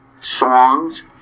songs